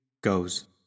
Goes